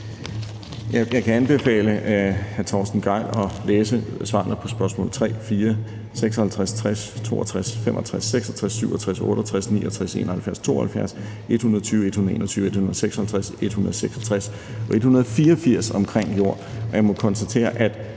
Jeg kan anbefale hr. Torsten Gejl at læse svarene på spørgsmål 3, 4, 56, 60, 62, 65, 66, 67, 68, 69, 71, 72, 120, 121, 156, 166 og 184 omkring jord. Jeg må konstatere, at